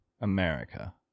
america